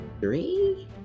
Three